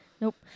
Nope